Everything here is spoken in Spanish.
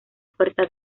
puerta